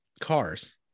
cars